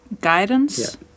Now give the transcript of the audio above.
guidance